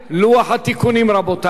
רבותי, מי בעד?